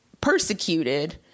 persecuted